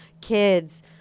kids